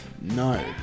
No